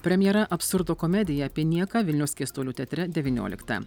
premjera absurdo komedija apie nieką vilniaus keistuolių teatre devynioliktą